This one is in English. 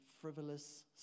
frivolous